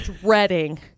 dreading